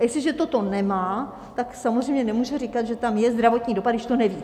A jestliže toto nemá, tak samozřejmě nemůže říkat, že tam je zdravotní dopad, když to neví.